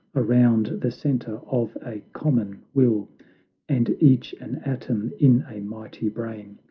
around the centre of a common will and each an atom in a mighty brain,